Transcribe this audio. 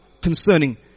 concerning